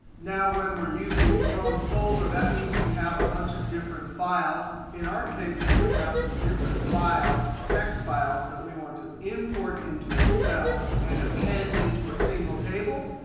now when we're using from folder, that means we have a bunch of different files. in our case, we're going to have some different files, text files that we want to import into excel and append into a single table.